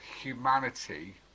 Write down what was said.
humanity